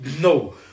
no